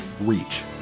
reach